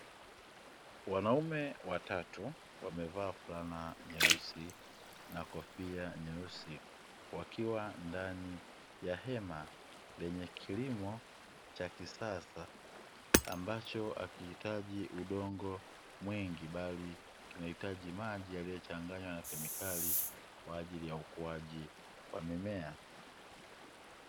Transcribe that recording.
Wanaume watatu wamevaa fulana nyeusi na kofia nyeusi, wakiwa ndani ya hema lenye kilimo cha kisasa, ambacho hakihitaji udongo mwingi bali kinahitaji maji yaliyochanganywa na kemikali kwa ajili ya ukuaji wa mimea.